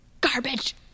Garbage